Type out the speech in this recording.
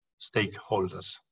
stakeholders